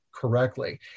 Correctly